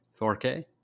4K